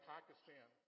Pakistan